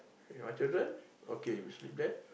with my children okay we sleep there